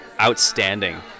Outstanding